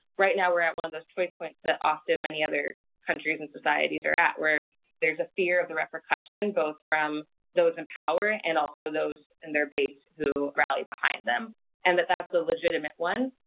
right now we're at one of those points, that often, many other countries and societies are at where there's a fear of the repercussion both from those in power and also those in their base who rallied behind them and that that's a legitimate one.